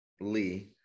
Lee